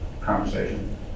conversation